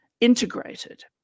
integrated